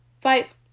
five